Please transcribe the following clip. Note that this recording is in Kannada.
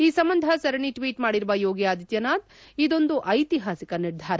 ಈ ಸಂಬಂಧ ಸರಣಿ ಟ್ಷೀಟ್ ಮಾಡಿರುವ ಯೋಗಿ ಆದಿತ್ಲನಾಥ್ ಇದೊಂದು ಐತಿಹಾಸಿಕ ನಿರ್ಧಾರ